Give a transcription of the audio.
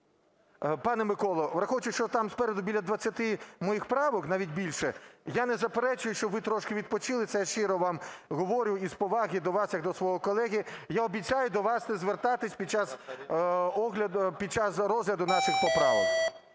Пане Миколо, враховуючи, що там спереду біля 20 моїх правок, навіть більше, я не заперечую, щоб ми трошки відпочили, це щиро вам говорю із поваги до вас, як до свого колеги. Я обіцяю до вас не звертатися під час розгляду наших поправок,